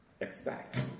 expect